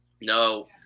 No